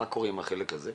מה קורה עם החלק הזה?